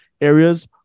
areas